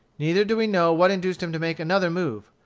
neither do we know what induced him to make another move.